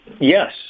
Yes